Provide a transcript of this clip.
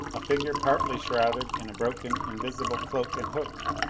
a figure partly shrouded in a broken invisible cloak and hook.